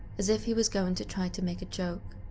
as if he was going to try to make a joke.